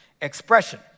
expression